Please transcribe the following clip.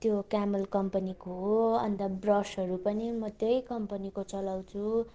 त्यो क्यामल कम्पनीको हो अन्त ब्रसहरू पनि म त्यही कम्पनीको चलाउँछु